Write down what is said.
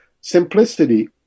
simplicity